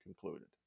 concluded